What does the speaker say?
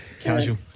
casual